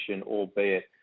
albeit